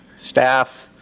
staff